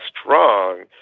strong